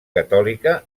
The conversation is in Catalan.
catòlica